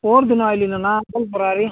ପରଦିନ ଆସିଲି ନନା